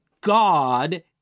God